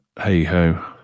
hey-ho